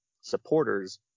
supporters